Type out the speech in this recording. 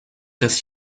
his